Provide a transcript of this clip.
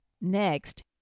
next